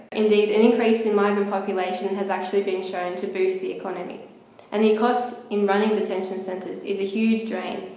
indeed an increase in migrant population has actually been shown to boost the economy and the cost of running detention centres is a huge drain,